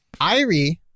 Irie